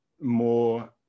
more